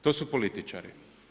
To su političari.